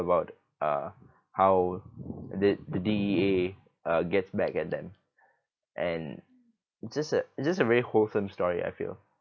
about uh how the the D_E_A uh gets back at them and it's just a it's just a very wholesome story I feel